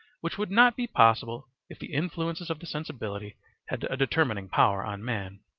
which would not be possible if the influences of the sensibility had a determining power on man,